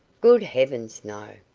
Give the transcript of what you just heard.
good heavens! no.